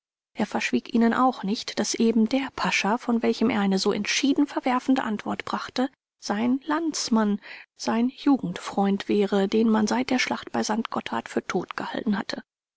er verschwieg ihnen auch nicht daß eben der pascha von welchem er eine so entschieden verwerfende antwort brachte sein landsmann sein jugendfreund wäre den man seit der schlacht bei st gotthard für tot gehalten habe